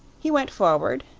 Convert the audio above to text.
he went forward,